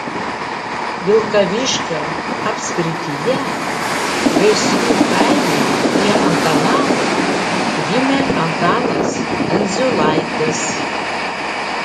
vilkaviškio apskrityje gaisrių kaime prie antanavo gimė antanas endziulaitis